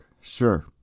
Sure